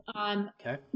Okay